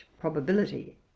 probability